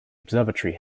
observatory